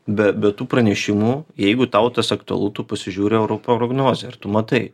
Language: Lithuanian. be be tų pranešimų jeigu tau tas aktualu tu pasižiūri orų prognozę ir tu matai